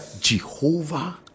Jehovah